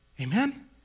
Amen